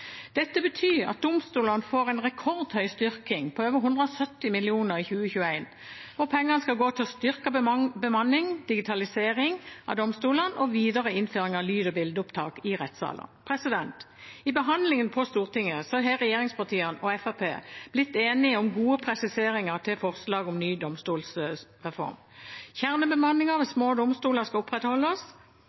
betyr at domstolene får en rekordhøy styrking på over 170 mill. kr i 2021, og pengene skal gå til styrket bemanning, digitalisering av domstolene og videre innføring av lyd- og bildeopptak i rettssalene. I behandlingen på Stortinget har regjeringspartiene og Fremskrittspartiet blitt enige om gode presiseringer til forslaget om ny domstolsreform. Kjernebemanningen ved små domstoler skal opprettholdes,